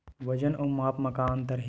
वजन अउ माप म का अंतर हे?